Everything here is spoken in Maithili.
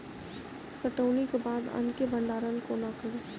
कटौनीक बाद अन्न केँ भंडारण कोना करी?